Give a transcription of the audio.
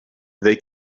they